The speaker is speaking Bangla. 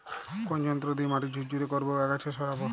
কোন যন্ত্র দিয়ে মাটি ঝুরঝুরে করব ও আগাছা সরাবো?